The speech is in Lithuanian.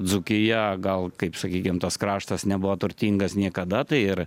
dzūkija gal kaip sakykim tas kraštas nebuvo turtingas niekada tai ir